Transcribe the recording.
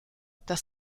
das